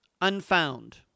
Unfound